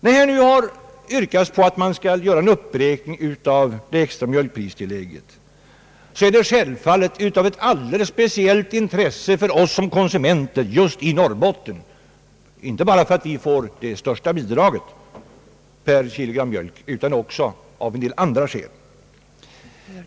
Yrkandet på en uppräkning av det extra mjölkpristillägget är självfallet av ett alldeles speciellt intresse för oss som konsumenter just i Norrbotten, inte bara för att vi får ett större bidrag per kilogram mjölk utan också av andra skäl.